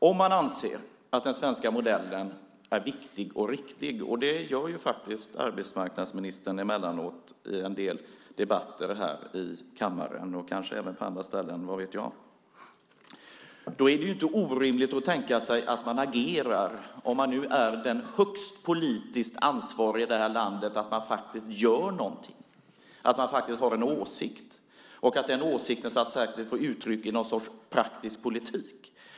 Om man anser att den svenska modellen är viktig och riktig, och det gör ju faktiskt arbetsmarknadsministern emellanåt i en del debatter här i kammaren och kanske även på andra ställen, vad vet jag, är det inte orimligt att tänka sig att man agerar. Om man nu är den högste politiskt ansvarige i det här landet är det inte orimligt att man gör något, att man faktiskt har en åsikt och att den åsikten tar sig uttryck i något slags praktiskt politik.